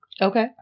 Okay